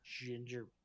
ginger